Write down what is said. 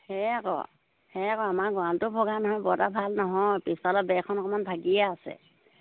সেয়াই আকৌ সেয়া আকৌ আমাৰ গঁৰালটো ভগা নহয় বৰ এটা ভাল নহয় পিছফালৰ বেৰখন অকণমান ভাগিয়ে আছে